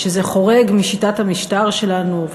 זה חורג משיטת המשטר שלנו,